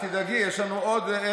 יש לך לפחות עוד שמונה משפטים.